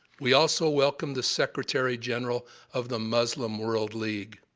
we also welcomed the secretary general of the muslim world league.